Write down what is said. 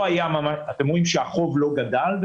החוב לא גדל.